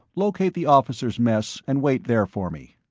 locate the officer's mess and wait there for me.